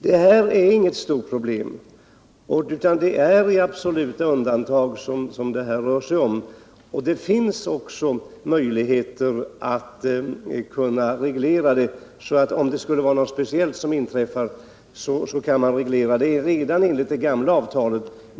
Det här är inget stort problem, utan det rör sig om absoluta undantag. Det finns möjligheter att reglera detta. Om något speciellt skulle inträffa kunde man reglera det enligt det gamla avtalet.